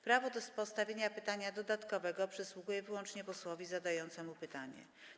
Prawo do postawienia pytania dodatkowego przysługuje wyłącznie posłowi zadającemu pytanie.